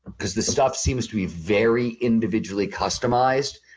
because this stuff seems to be very individually customized,